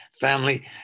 family